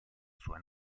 sua